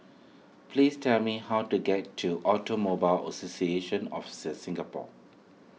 please tell me how to get to Automobile Association of the Singapore